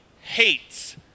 hates